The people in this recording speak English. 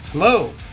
Hello